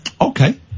Okay